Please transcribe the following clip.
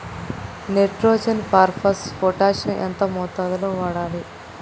Nitrogen phosphorus potassium ఎంత మోతాదు లో వాడాలి?